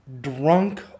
drunk